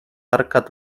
arkad